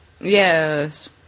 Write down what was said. Yes